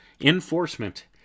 Enforcement